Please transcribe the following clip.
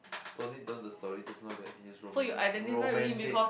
don't need know the story just now that he is roman~ romantic